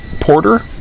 porter